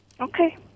Okay